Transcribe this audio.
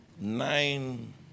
nine